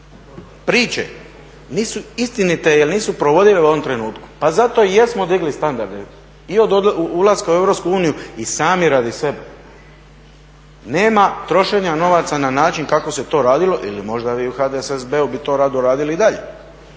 priče nisu istinite jer nisu provedive u ovom trenutku. pa zato i jesmo digli standard i od ulaska u EU i sami radi sebe. Nema trošenja novaca na način kako se to radilo ili možda vi u HDSSB-u bi to rado radili i dalje.